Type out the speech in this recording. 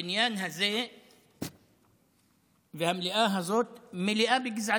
הבניין הזה והמליאה הזאת מלאים בגזענים.